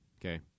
Okay